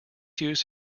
used